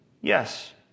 Yes